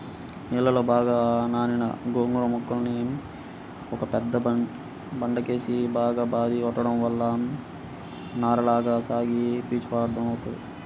నీళ్ళలో బాగా నానిన గోంగూర మొక్కల్ని ఒక పెద్ద బండకేసి బాగా బాది కొట్టడం వల్ల నారలగా సాగి పీచు పదార్దం వత్తది